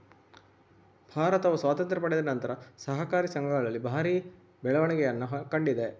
ಭಾರತವು ಸ್ವಾತಂತ್ರ್ಯ ಪಡೆದ ನಂತರ ಸಹಕಾರಿ ಸಂಘಗಳಲ್ಲಿ ಭಾರಿ ಬೆಳವಣಿಗೆಯನ್ನ ಕಂಡಿದೆ